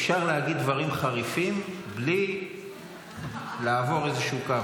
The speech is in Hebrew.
אפשר להגיד דברים חריפים בלי לעבור איזשהו קו,